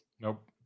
Nope